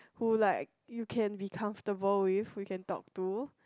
who like you can be comfortable with you can talk to